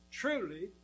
truly